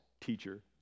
teacher